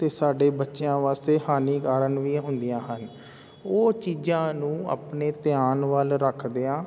ਅਤੇ ਸਾਡੇ ਬੱਚਿਆਂ ਵਾਸਤੇ ਹਾਨੀਕਾਰਕ ਵੀ ਹੁੰਦੀਆਂ ਹਨ ਉਹ ਚੀਜ਼ਾਂ ਨੂੰ ਆਪਣੇ ਧਿਆਨ ਵੱਲ ਰੱਖਦਿਆਂ